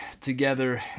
together